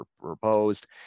proposed